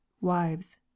wives